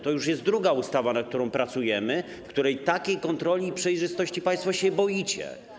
To już jest druga ustawa, nad którą pracujemy, w której takiej kontroli i przejrzystości państwo się boicie.